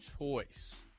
choice